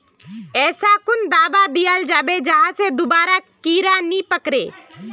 ऐसा कुन दाबा दियाल जाबे जहा से दोबारा कीड़ा नी पकड़े?